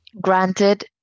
Granted